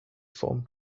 formed